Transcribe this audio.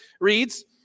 reads